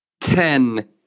Ten